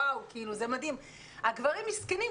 הגברים מסכנים,